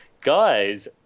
Guys